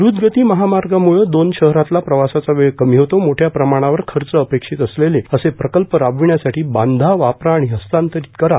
द्रूतगती महामार्गांम्ळे दोन शहरातला प्रवासाचा वेळ कमी होतो मोठ्या प्रमाणावर खर्च अपेक्षित असलेले असे प्रकल्प राबवण्यासाठी बांधा वापरा आणि हस्तांतरित करा